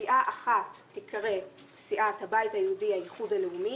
סיעה אחת תיקרא סיעת הבית היהודי - האיחוד הלאומי,